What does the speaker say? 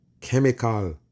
Chemical